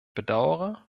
bedaure